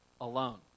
alone